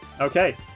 Okay